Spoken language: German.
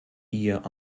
ihr